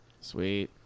Sweet